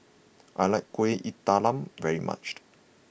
I like Kuih Talam very much